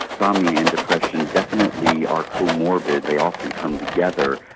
insomnia and depression definitely are comorbid, they often come together.